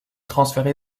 transféré